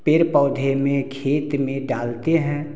पेड़ पौधे में खेत में डालते हैं